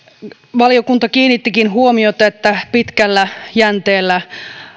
valiokunta kiinnittikin huomiota siihen että pitkällä jänteellä